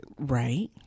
right